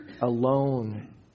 alone